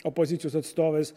opozicijos atstovais